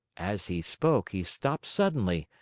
as he spoke, he stopped suddenly,